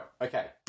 okay